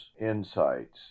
insights